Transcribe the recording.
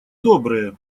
добрые